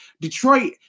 Detroit